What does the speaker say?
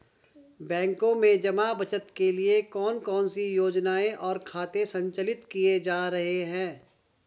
बैंकों में जमा बचत के लिए कौन कौन सी योजनाएं और खाते संचालित किए जा रहे हैं?